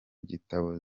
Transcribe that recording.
gitabo